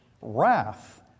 wrath